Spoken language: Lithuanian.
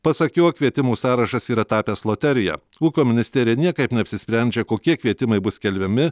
pasak jo kvietimų sąrašas yra tapęs loterija ūkio ministerija niekaip neapsisprendžia kokie kvietimai bus skelbiami